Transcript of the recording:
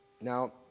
Now